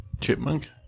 Chipmunk